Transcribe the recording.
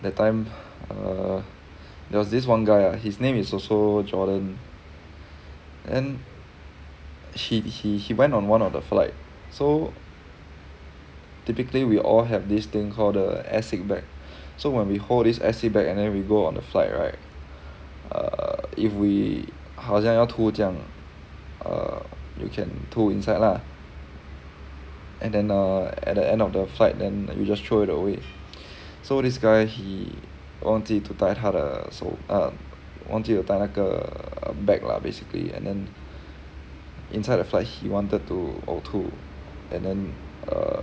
that time err there was this one guy ah his name is also jordan and he he he went on one of the flight so typically we all have this thing called the airsick bag so when we hold airsick bag and then we go on a flight right err if we 好像要吐这样 err you can 吐 inside lah and then err at the end of the flight then you just throw it away so this guy he 忘记 to 带他的 so err 忘记 to 带那个 bag lah basically and then inside the flight he wanted to 呕吐 and then err